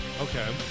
Okay